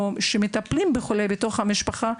או אלה שמטפלים באדם חולה בתוך המשפחה,